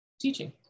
teaching